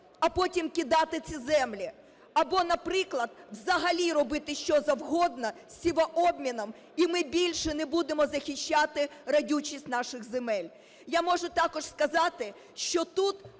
а потім кидати ці землі. Або, наприклад, взагалі робити, що завгодно з сівообміном, і ми більше не будемо захищати родючість наших земель. Я можу також сказати, що тут